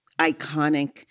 iconic